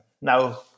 now